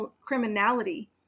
criminality